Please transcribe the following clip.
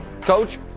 coach